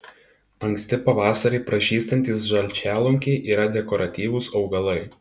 anksti pavasarį pražystantys žalčialunkiai yra dekoratyvūs augalai